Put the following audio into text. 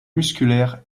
musculaire